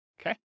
Okay